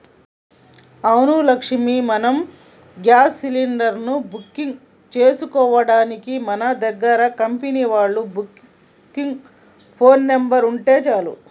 అవును లక్ష్మి మనం gas cylinder ని బుక్ చేసుకోవడానికి మన దగ్గర కంపెనీ వాళ్ళ బుకింగ్ ఫోన్ నెంబర్ ఉంటే చాలు